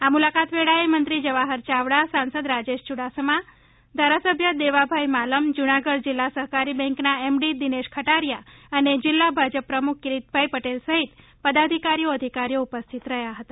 આ મુલાકાત વેળાએ મંત્રી જવાહર ચાવડા સાંસદ રાજેશ યૂડાસમા ધારાસભ્ય દેવાભાઇ માલમ જૂનાગઢ જિલ્લા સહકારી બેન્કના એમ ડી દિનેશ ખટારીયા અને જિલ્લા ભાજપ પ્રમુખ કિરીટભાઈ પટેલ સહિત પદાધિકારીઓ અધિકારીઓ ઉપસ્થિત રહ્યા હતા